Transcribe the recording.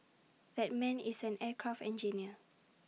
that man is an aircraft engineer